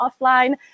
offline